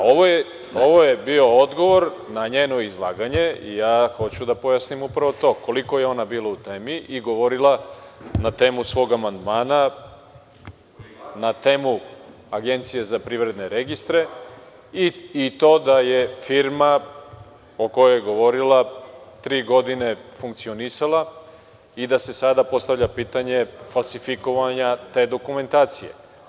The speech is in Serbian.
Ovo je bio odgovor na njenog izlaganje i ja hoću da pojasnim upravo to koliko je ona bila u temi i govorila na temi svog amandmana, na temu Agencije za privredne registre i to da je firma o kojoj je govorila tri godine funkcionisala i da se sada postavlja pitanje falsifikovanje te dokumentacije.